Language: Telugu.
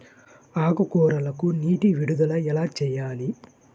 ఆకుకూరలకు నీటి విడుదల ఎలా చేయాలి?